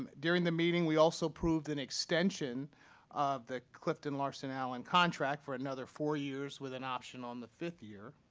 um during the meeting, we also proved an extension of the cliftonlarsonallen contract for another four years with an option on the fifth year.